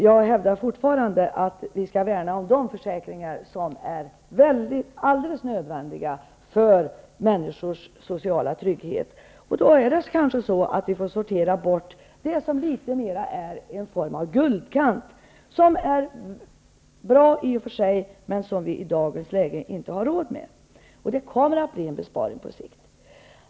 Jag hävdar fortfarande att vi skall värna om de försäkringar som är alldeles nödvändiga för människors sociala trygghet, och då får vi kanske sortera bort det som är litet mer av en guldkant, som i och för sig är bra, men som vi i dagens läge inte har råd med. Det kommer att bli en besparing på sikt.